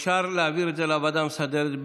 אפשר להעביר את זה לוועדה המסדרת,